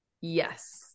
Yes